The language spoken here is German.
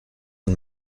und